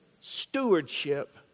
stewardship